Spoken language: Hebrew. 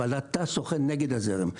אבל אתה שוחה נגד הזרם.